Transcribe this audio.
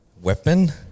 weapon